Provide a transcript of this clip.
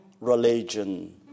religion